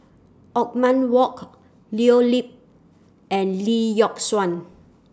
Othman Wok Leo Yip and Lee Yock Suan